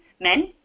men